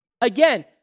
Again